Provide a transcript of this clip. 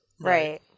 Right